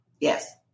Yes